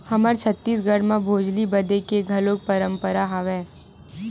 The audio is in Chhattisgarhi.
हमर छत्तीसगढ़ म भोजली बदे के घलोक परंपरा हवय